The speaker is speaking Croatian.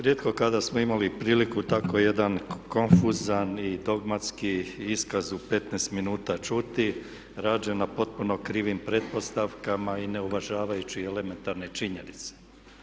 Rijetko kada smo imali priliku tako jedan konfuzan i dogmatski iskaz u 15 minuta čuti rađen na potpuno krivim pretpostavkama i ne uvažavajući elementarne činjenice.